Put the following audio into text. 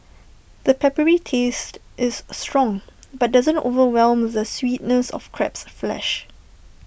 the peppery taste is strong but doesn't overwhelm the sweetness of crab's flesh